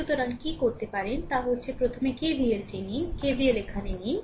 সুতরাং কি করতে পারেন তা হচ্ছে প্রথমে KVL নিন KVL এখানে নিন